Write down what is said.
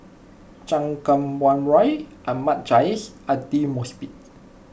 Chan Kum Wah Roy Ahmad Jais Aidli Mosbit